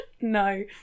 No